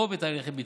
או בהליכי ביצוע.